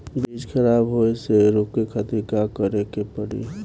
बीज खराब होए से रोके खातिर का करे के पड़ी?